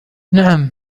نعم